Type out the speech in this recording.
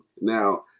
Now